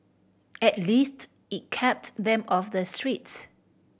at least it kept them off the streets